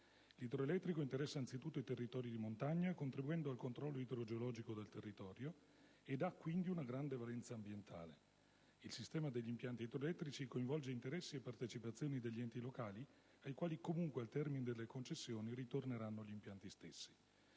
L'idroelettrico interessa anzitutto i territori di montagna, contribuendo al controllo idrogeologico del territorio ed ha, quindi, una grande valenza ambientale. Il sistema degli impianti idroelettrici coinvolge interessi e partecipazioni degli enti locali, ai quali, comunque, al termine delle concessioni, ritorneranno gli impianti stessi.